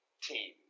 team